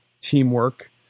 teamwork